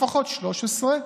לפחות 13,